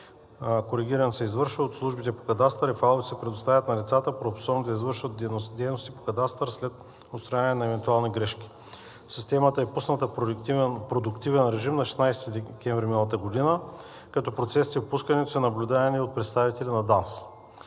Коригирането се извършва от службите по кадастър и файловете се предоставят на лицата, правоспособни да извършват дейности по кадастър, след отстраняване на евентуални грешки. Системата е пусната в продуктивен режим на 16 декември миналата година, като процесите по пускането ѝ са наблюдавани от представители на ДАНС.